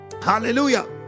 Hallelujah